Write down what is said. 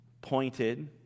Pointed